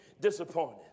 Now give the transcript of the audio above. disappointed